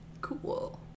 cool